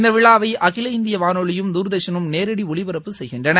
இந்த விழாவை அகில இந்திய வானொலியும் தூர்தர்ஷனும் நேரடி ஒலிபரப்பு செய்கின்றன